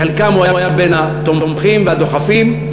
שבחלקם הוא היה בין התומכים והדוחפים,